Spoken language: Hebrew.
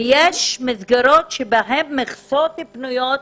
ויש מסגרות שבהן יש מכסות פנויות